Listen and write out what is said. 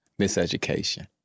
Miseducation